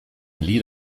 lead